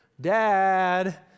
Dad